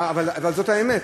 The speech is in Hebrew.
אבל זאת האמת.